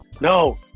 No